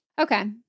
Okay